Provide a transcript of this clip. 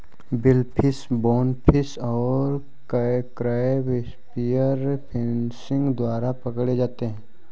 billfish, bonefish और crab spear fishing द्वारा पकड़े जाते हैं